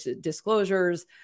disclosures